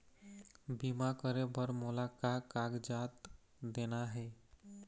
बीमा करे बर मोला का कागजात देना हे?